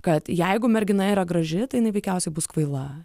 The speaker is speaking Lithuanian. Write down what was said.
kad jeigu mergina yra graži tai jinai veikiausiai bus kvaila